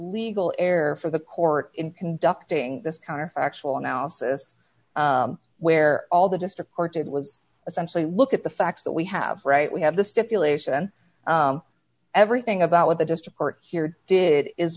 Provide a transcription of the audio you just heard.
legal air for the court in conducting this counterfactual analysis where all the district court did was essentially look at the facts that we have right we have the stipulation everything about what the just report here did is